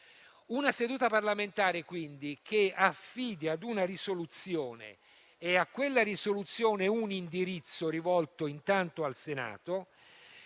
una seduta parlamentare, quindi, che affidi ad una risoluzione un indirizzo, rivolto intanto al Senato,